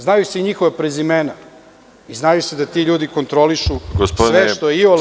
Znaju se njihova prezimena i zna se da ti ljudi kontrolišu sve što je iole